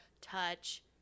touch